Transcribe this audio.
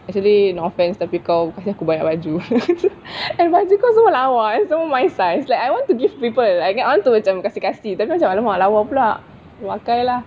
actually no offence tapi kau kasi aku banyak baju and baju kau semua lawa semua my size like I want to give people like I want to macam kasi kasi tapi !alamak! lawa pula pakai lah